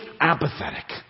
apathetic